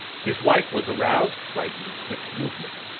his wife was aroused by the quick movement,